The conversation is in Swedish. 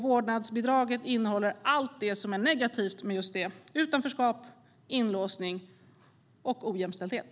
Vårdnadsbidraget innehåller allt det som är negativt med bidraget, det vill säga utanförskap, inlåsning och ojämställdhet.